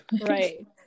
right